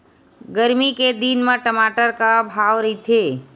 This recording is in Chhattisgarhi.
गरमी के दिन म टमाटर का भाव रहिथे?